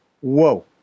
Whoa